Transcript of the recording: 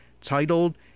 titled